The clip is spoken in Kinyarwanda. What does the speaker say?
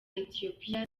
ethiopia